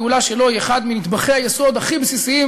תורת הגאולה שלו היא אחד מנדבכי היסוד הכי בסיסיים